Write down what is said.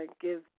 give